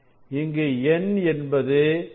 இங்கு n என்பது 5 ஆகும்